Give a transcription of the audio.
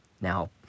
Now